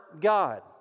God